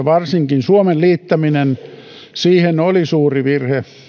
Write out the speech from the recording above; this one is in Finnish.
varsinkin suomen liittäminen siihen oli suuri virhe